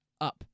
up